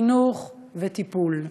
חינוך וטיפול.